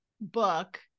book